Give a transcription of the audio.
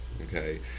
Okay